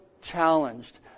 challenged